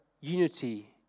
unity